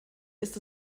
ist